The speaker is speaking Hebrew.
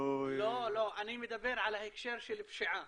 מה, אישה לא --- לא, אני מדבר על ההקשר של פשיעה